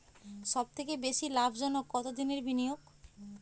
সবথেকে বেশি লাভজনক কতদিনের বিনিয়োগ?